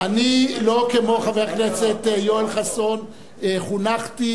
אני לא כמו חבר הכנסת יואל חסון חונכתי,